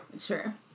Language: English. Sure